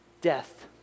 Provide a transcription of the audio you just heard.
death